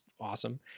awesome